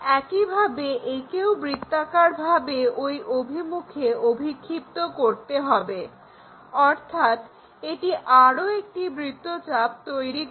একইভাবে একেও বৃত্তাকারভাবে ওই অভিমুখে অভিক্ষিপ্ত করতে হবে অর্থাৎ এটি আরও একটি বৃত্ত চাপ তৈরি করে